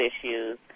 issues